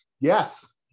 Yes